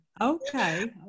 okay